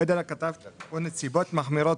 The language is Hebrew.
לא יודע כתבת "נסיבות מחמירות".